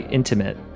intimate